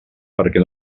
perquè